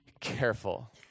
careful